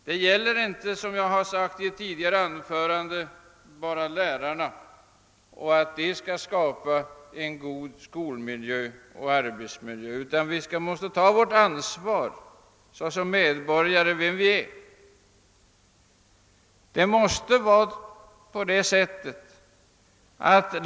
Det är inte bara en uppgift — såsom jag har sagt i ett tidigare anförande — för lärarna att skapa en god skoloch arbetsmiljö, utan vi måste såsom medborgare i samhället ta vårt ansvar härvidlag.